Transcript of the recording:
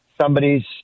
somebody's